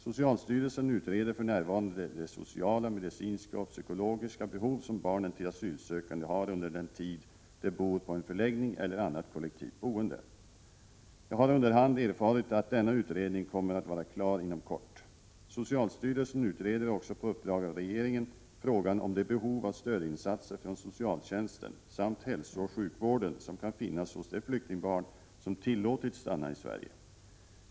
Socialstyrelsen utreder för närvarande de sociala, medicinska och psykologiska behov som barnen till asylsökande har under tiden de bor på en förläggning eller annat kollektivt boende. Jag har under hand erfarit att denna utredning kommer att vara klar inom kort. Socialstyrelsen utreder också på uppdrag av regeringen frågan om det behov av stödinsatser från socialtjänsten samt hälsooch sjukvården som kan finnas hos de flyktingbarn som tillåtits stanna i Sverige.